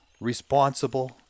responsible